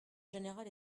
général